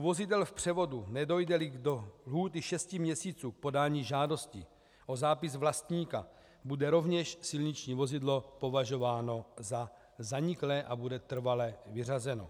U vozidel v převodu, nedojdeli do lhůty šesti měsíců k podání žádosti o zápis vlastníka, bude rovněž silniční vozidlo považováno za zaniklé a bude trvale vyřazeno.